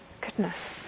Goodness